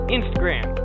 Instagram